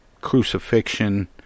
crucifixion